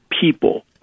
people